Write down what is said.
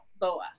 boa